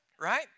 right